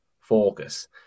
focus